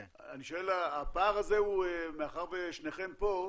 אני שואל, הפער הזה, מאחר ששניכם פה,